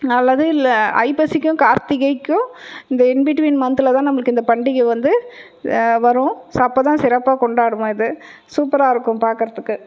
அல்லது இல்லை ஐப்பசிக்கும் கார்த்திகைக்கும் இந்த இன் பிட்டுவின் மந்த்ல தான் நம்மளுக்கு இந்த பண்டிகை வந்து வரும் ஸோ அப்போ தான் சிறப்பா கொண்டாடுவோம் இது சூப்பராக இருக்கும் பார்க்கறதுக்கு